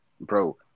bro